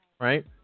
right